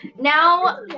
now